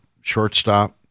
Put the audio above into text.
shortstop